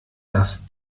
dass